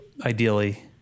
Ideally